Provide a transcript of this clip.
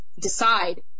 decide